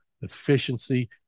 efficiency